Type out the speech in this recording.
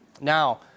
Now